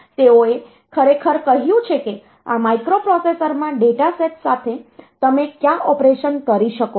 તેઓએ ખરેખર કહ્યું છે કે આ માઇક્રોપ્રોસેસરમાં ડેટા સેટ સાથે તમે કયા ઓપરેશન કરી શકો છો